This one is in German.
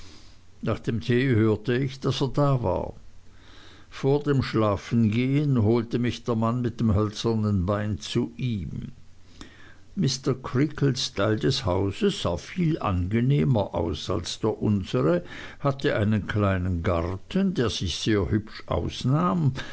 nach dem tee hörte ich daß er da war vor dem schlafengehen holte mich der mann mit dem hölzernen bein zu ihm mr creakles teil des hauses sah viel angenehmer aus als der unsere hatte einen kleinen garten der sich sehr hübsch ausnahm